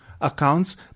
accounts